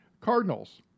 Cardinals